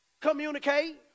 Communicate